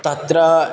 तत्र